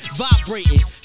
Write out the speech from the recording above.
vibrating